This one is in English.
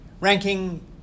Ranking